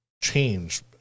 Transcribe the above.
change